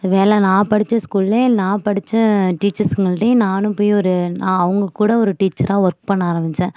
வேலை நான் படிச்ச ஸ்கூல்லயே நான் படிச்ச டீச்சர்ஸ்ங்கள்கிட்டயே நானும் போய் ஒரு நான் அவங்கள்கூட ஒரு டீச்சராக ஒர்க் பண்ண ஆரம்பிச்சேன்